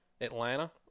Atlanta